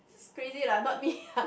this is crazy lah not me lah